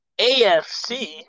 AFC